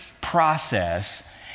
process